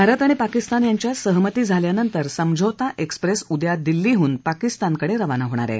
भारत आणि पाकिस्तान यांच्यात सहमती झाल्यानंतर समझौता एक्सप्रेस उद्या दिल्लीहन पाकिस्तानकडे रवाना होणार आहे